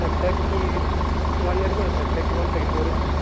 ஒரு thirty one வரைக்கும் வரும் சார் தேட்டி ஒன் தேட்டி டூ வரும் சார்